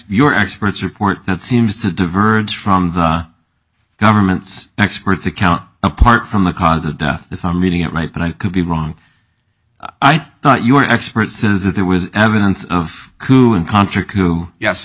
your expert's report that seems to diverge from the government's expert's account apart from the cause of death if i'm reading it right but i could be wrong i thought you were expert says that there was evidence of who